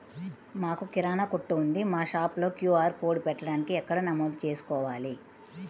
మాకు కిరాణా కొట్టు ఉంది మా షాప్లో క్యూ.ఆర్ కోడ్ పెట్టడానికి ఎక్కడ నమోదు చేసుకోవాలీ?